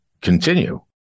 continue